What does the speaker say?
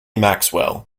maxwell